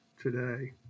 today